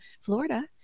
Florida